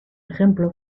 ejemplo